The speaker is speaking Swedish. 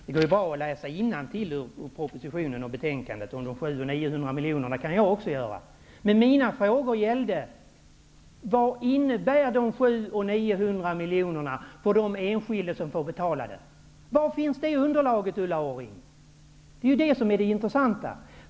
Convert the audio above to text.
Också jag kan läsa innantill ur propositionen och betänkandet om de 700--900 miljonerna, men mina frågor gällde vad de 700--900 miljonerna innebär för de enskilda som får betala dem. Var finns underlaget för det, Ulla Orring? Det är ju det som är det intressanta.